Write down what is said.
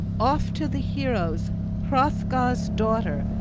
oft to the heroes hrothgar's daughter,